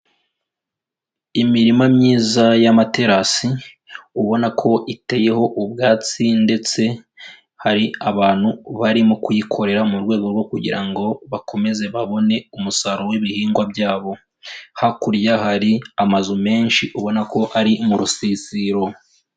Imirima myiza y'amaterasi, ubona ko iteyeho ubwatsi ndetse hari abantu barimo kuyikorera mu rwego rwo kugira ngo bakomeze babone umusaruro w'ibihingwa byabo, hakurya hari amazu menshi ubona ko ari mu rusisiro.